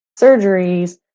surgeries